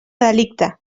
delicte